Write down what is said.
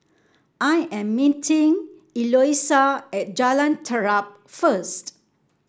I am meeting Eloisa at Jalan Terap first